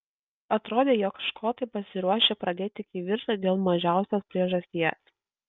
atrodė jog škotai pasiruošę pradėti kivirčą dėl mažiausios priežasties